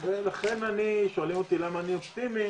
ולכן, אם שואלים אותי למה אני אופטימי,